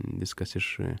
viskas iš